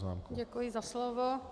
Děkuji za slovo.